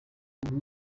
ubu